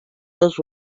les